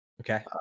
okay